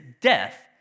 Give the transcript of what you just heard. death